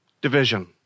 Division